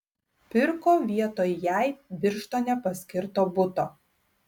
pirko vietoj jai birštone paskirto buto